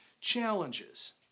challenges